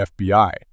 FBI